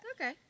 okay